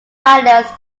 islands